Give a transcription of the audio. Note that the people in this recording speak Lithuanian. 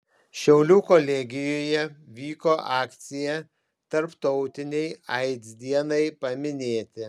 šiaulių kolegijoje vyko akcija tarptautinei aids dienai paminėti